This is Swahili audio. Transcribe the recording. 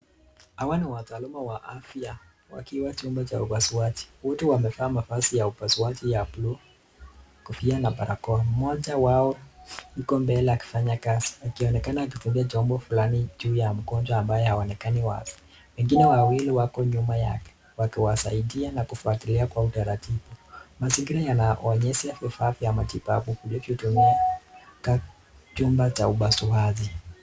Hawa ni wataalamu wa afya wakiwa chumba cha upasuaji. Wote wamevaa mavazi ya upasuaji ya blue , kofia na barakoa. Mmoja wao yuko mbele akifanya kazi akionekana akitumia chombo fulani juu ya mgonjwa ambaye haonekani wazi. Wengine wawili wako nyuma yake wakiwasaidia na kufuatilia kwa utaratibu. Mazingira yanaonesha vifaa vya matibabu vinavyotumiwa katika chumba cha upasuaji.